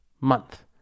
month